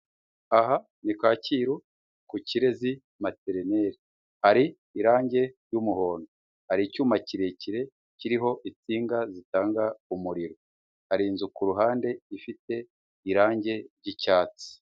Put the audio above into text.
Aha ni kacyiru ku kirezi mateneri hari irangi ry'umuhondo hari icyuma kirekire kiriho insinga zitanga umuriro hari inzu kuruhande ifite irangi ry'icyatsi.